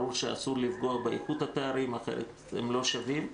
ברור שאסור לפגוע באיכות התארים אחרת הם לא שווים.